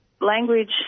language